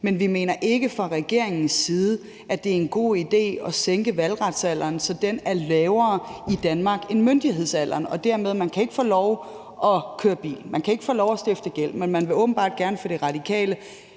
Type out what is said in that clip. men vi mener ikke fra regeringens side, at det er en god idé at sænke valgretsalderen, så den er lavere i Danmark end myndighedsalderen. Man kan ikke få lov at køre bil, og man kan ikke få lov at stifte gæld, men De Radikale vil åbenbart gerne, at man skal